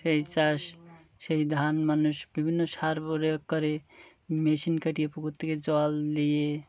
সেই চাষ সেই ধান মানুষ বিভিন্ন সার প্রয়োগ করে মেশিন কাটিয়ে পুকুর থেকে জল দিয়ে